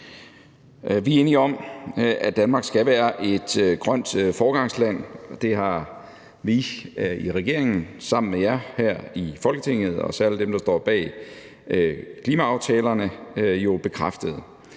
Vi er enige om, at Danmark skal være et grønt foregangsland. Det har vi i regeringen sammen med jer her i Folketinget, altså alle dem, der står bag klimaaftalerne, jo bekræftet.